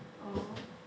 oh